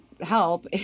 help